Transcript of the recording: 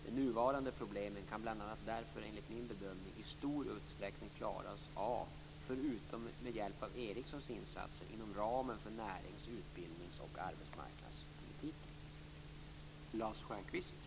De nuvarande problemen kan bl.a. därför enligt min bedömning i stor utsträckning klaras av, förutom med hjälp av Ericssons insatser inom ramen för närings-, utbildnings och arbetsmarknadspolitiken.